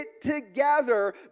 together